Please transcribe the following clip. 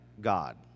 God